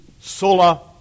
Sola